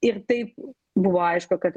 ir taip buvo aišku kad